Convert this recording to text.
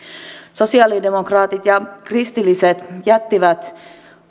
sosialidemokraatit ja kristilliset jättivät